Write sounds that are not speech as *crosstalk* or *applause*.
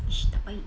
*noise* tak baik